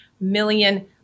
million